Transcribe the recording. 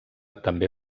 també